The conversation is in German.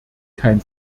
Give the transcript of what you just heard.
kein